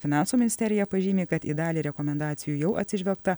finansų ministerija pažymi kad į dalį rekomendacijų jau atsižvelgta